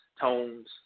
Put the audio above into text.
tones